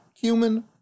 cumin